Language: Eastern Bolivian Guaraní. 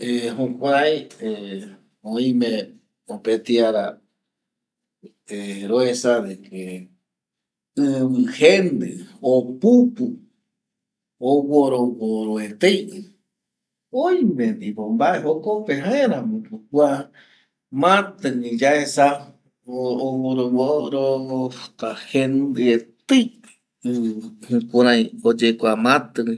˂Hesitation˃ jukurei oime mopeti ara ˂Hesitation˃ ruesa nde que ivi jendi opupu oporo poro etei oime ndipo mbae jokope jaeramoko kua mati güi ko yaesa ovoro voro, jendi estei oyekua mati güi.